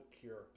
cure